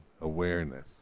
awareness